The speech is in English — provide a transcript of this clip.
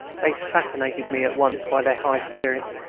they fascinated me at once by their high spirits,